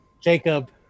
Jacob